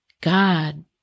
God